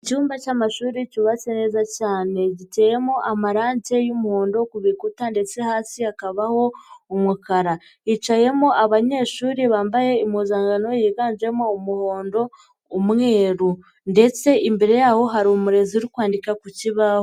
Icyumba cy'amashuri cyubatse neza cyane, giteyemo amarange y'umuhondo ku bikuta ndetse hasi hakabaho umukara, hicayemo abanyeshuri bambaye impuzankano yiganjemo umuhondo, umweru ndetse imbere yaho hari umurezi uri kwandika ku kibaho.